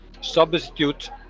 substitute